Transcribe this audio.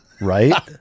Right